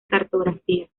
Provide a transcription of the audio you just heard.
cartografía